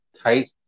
tight